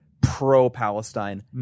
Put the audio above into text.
pro-Palestine